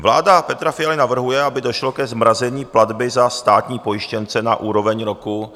Vláda Petra Fialy doporučuje, aby došlo ke zmrazení platby za státní pojištěnce na úroveň roku 2021.